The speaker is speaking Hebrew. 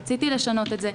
רציתי לשנות את זה,